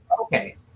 okay